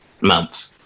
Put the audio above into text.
month